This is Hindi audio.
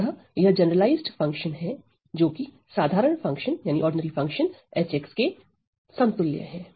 अतः यह जनरलाइज्ड फंक्शन है जोकि साधारण फंक्शन H के समतुल्य है